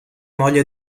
moglie